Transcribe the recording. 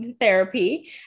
therapy